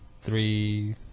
three